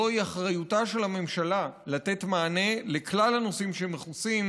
זוהי אחריותה של הממשלה לתת מענה לכלל הנושאים שמכוסים